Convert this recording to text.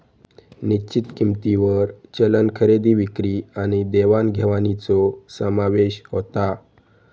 निश्चित किंमतींवर चलन खरेदी विक्री आणि देवाण घेवाणीचो समावेश होता